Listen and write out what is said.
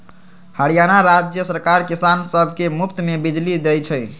हरियाणा राज्य सरकार किसान सब के मुफ्त में बिजली देई छई